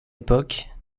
époque